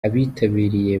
abitabiriye